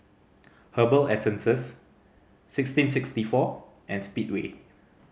Herbal Essences sixteen sixty four and Speedway